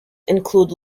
include